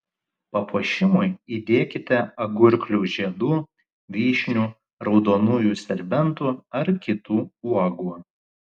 papuošimui įdėkite agurklių žiedų vyšnių raudonųjų serbentų ar kitų uogų